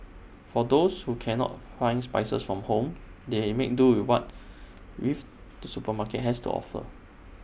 for those who cannot find spices from home they make do with what with the supermarket has to offer